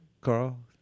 Carl